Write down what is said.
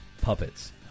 puppets